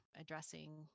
addressing